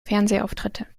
fernsehauftritte